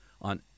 on